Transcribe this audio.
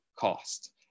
cost